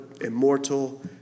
immortal